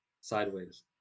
sideways